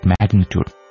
magnitude